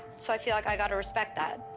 so i feel like i've gotta respect that.